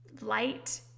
light